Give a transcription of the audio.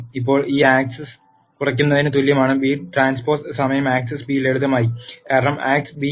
ഇപ്പോൾ ഇത് ആക്സ് കുറയ്ക്കുന്നതിന് തുല്യമാണ് ബി ട്രാൻസ്പോസ് സമയം ആക്സ് ബി ലളിതമായി കാരണം ആക്സ് ബി ഇ